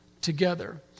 together